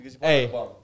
Hey